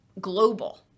global